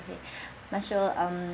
okay marshal um